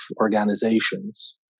organizations